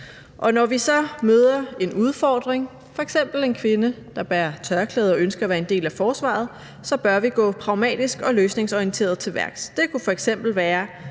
når vi så møder en udfordring, f.eks. en kvinde, der bærer tørklæde og ønsker at være en del af forsvaret, så bør vi gå pragmatisk og løsningsorienteret til værks; det kunne f.eks. være